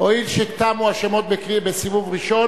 הואיל ותמו השמות בסיבוב ראשון,